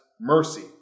mercy